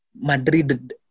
Madrid